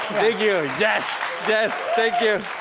you, yes, yes. thank you.